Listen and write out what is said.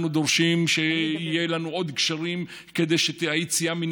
אנחנו דורשים שיהיו לנו עוד גשרים כדי שהיציאה מן